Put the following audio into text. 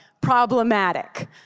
Problematic